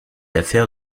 affaire